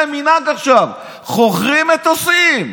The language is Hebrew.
יש להם מנהג עכשיו: חוכרים מטוסים,